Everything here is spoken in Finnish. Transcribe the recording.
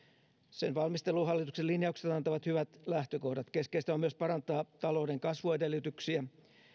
sen valmisteluun hallituksen linjaukset antavat hyvät lähtökohdat keskeistä on myös parantaa talouden kasvuedellytyksiä